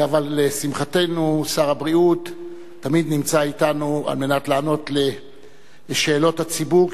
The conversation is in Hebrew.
אבל לשמחתנו שר הבריאות תמיד נמצא אתנו על מנת לענות על שאלות הציבור,